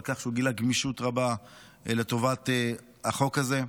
על כך שהוא גילה גמישות רבה לטובת החוק הזה.